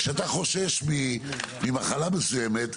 כשאתה חושש ממחלה מסוימת,